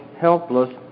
helpless